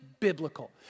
biblical